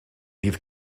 dydd